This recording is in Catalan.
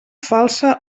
falsa